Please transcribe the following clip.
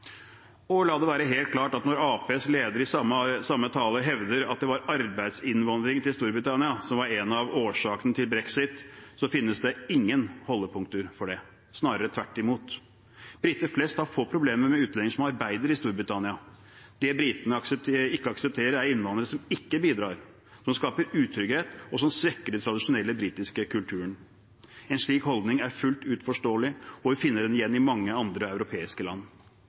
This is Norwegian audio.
La det være helt klart at når Arbeiderpartiets leder i samme tale hevder at det var arbeidsinnvandringen til Storbritannia som var en av årsakene til brexit, finnes det ingen holdepunkter for det, snarere tvert imot. Briter flest har få problemer med utlendinger som arbeider i Storbritannia. Det britene ikke aksepterer, er innvandrere som ikke bidrar, som skaper utrygghet, og som svekker den tradisjonelle britiske kulturen. En slik holdning er fullt ut forståelig, og vi finner den igjen i mange andre europeiske land.